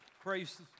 Praise